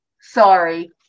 Sorry